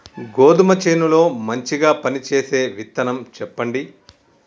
గోధుమ చేను లో మంచిగా పనిచేసే విత్తనం చెప్పండి?